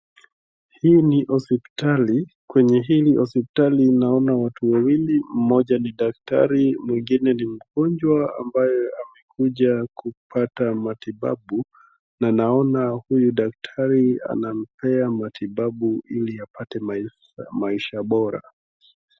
Hii ni hospitali, kwenye hii hospitali naona watu wawili, mmoja ni daktari mwingine ni mgonjwa ambaye amekuja kupata matibabu na naona huyu daktari anampea matibabu ili apate maisha bora.